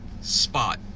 spot